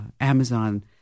Amazon